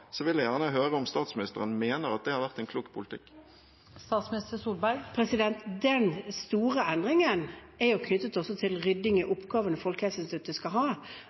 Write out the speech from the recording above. vil jeg gjerne høre om statsministeren mener at det har vært en klok politikk. Den store endringen er knyttet til rydding i oppgavene Folkehelseinstituttet skal ha,